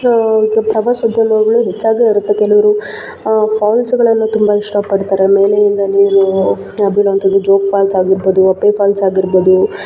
ಈಗ ಪ್ರವಾಸೋದ್ಯಮಗಳು ಹೆಚ್ಚಾಗಿಯೇ ಇರುತ್ತೆ ಕೆಲವರು ಫಾಲ್ಸ್ಗಳನ್ನು ತುಂಬ ಇಷ್ಟಪಡ್ತಾರೆ ಮೇಲೆಯಿಂದ ನೀರು ಬೀಳುವಂಥದ್ದು ಜೋಗ ಫಾಲ್ಸ್ ಆಗಿರ್ಬೋದು ಅಬ್ಬೆ ಫಾಲ್ಸ್ ಆಗಿರ್ಬೋದು